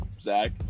Zach